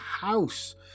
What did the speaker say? house